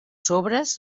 sobres